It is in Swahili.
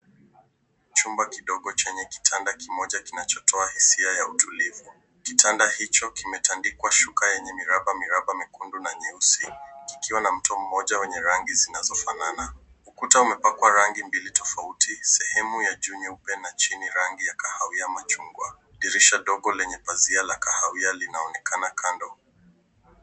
Chumba kidogo chenye kitanda kidogo kinachotoa hisia ya utulivu. Kitanda hicho kimetandikwa shuka yenye mirabamiraba mekundu na meusi kikiwa na mto mmoja wenye rangi zinazofanana. Ukuta umepakwa rangi mbili tofauti, sehemu ya juu nyeupe na sehemu ya chini rangi ya kahawia machungwa. Dirisha dogo lenye pazia la kahawia linaonekana kando.